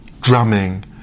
drumming